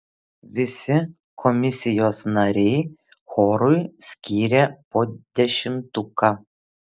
visi komisijos nariai chorui skyrė po dešimtuką